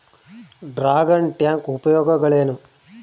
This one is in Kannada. ಡ್ರಾಗನ್ ಟ್ಯಾಂಕ್ ಉಪಯೋಗಗಳೇನು?